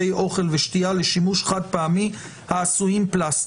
אוכל ושתייה לשימוש חד פעמי העשויים פלסטיק".